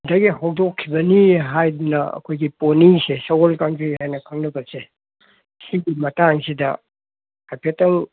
ꯁꯤꯗꯒꯤ ꯍꯧꯗꯣꯛꯈꯤꯕꯅꯤ ꯍꯥꯏꯗꯅ ꯑꯩꯈꯣꯏꯒꯤ ꯄꯣꯅꯤꯁꯦ ꯁꯒꯣꯜ ꯀꯥꯡꯖꯩ ꯍꯥꯏꯅ ꯈꯪꯅꯕꯁꯦ ꯁꯤꯒꯤ ꯃꯇꯥꯡꯁꯤꯗ ꯍꯥꯏꯐꯦꯠꯇꯪ